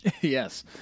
Yes